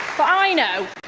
by you know